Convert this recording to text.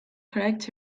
correct